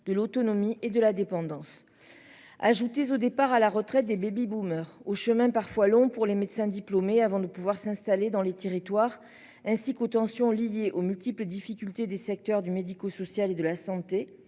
de l'autonomie et de la dépendance. Ajouté au départ à la retraite des baby-boomers au chemin parfois long pour les médecins diplômés avant de pouvoir s'installer dans les territoires, ainsi qu'aux tensions liés aux multiples difficultés des secteurs du médico-social et de la santé.